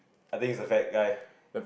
I think he's a fat guy